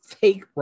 fake